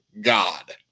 God